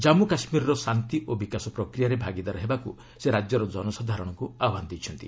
ଜନ୍ମୁ କାଶ୍ମୀରର ଶାନ୍ତି ଓ ବିକାଶ ପ୍ରକ୍ରିୟାରେ ଭାଗିଦାର ହେବାକୁ ସେ ରାଜ୍ୟର ଜନସାଧାରଣଙ୍କୁ ଆହ୍ୱାନ ଦେଇଛନ୍ତି